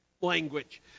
language